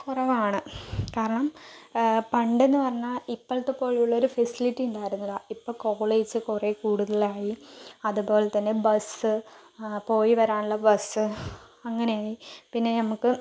കുറവാണ് കാരണം പണ്ടെന്നു പറഞ്ഞാൽ ഇപ്പോഴത്തെ പോലുള്ളൊരു ഫെസിലിറ്റി ഉണ്ടായിരുന്നില്ല ഇപ്പോൾ കോളേജ് കുറേ കൂടുതലായി അതുപോലെ തന്നെ ബസ്സ് പോയി വരാനുള്ള ബസ്സ് അങ്ങനെ ആയി പിന്നെ നമുക്ക്